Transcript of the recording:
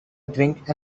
drink